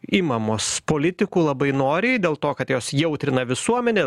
imamos politikų labai noriai dėl to kad jos jautrina visuomenę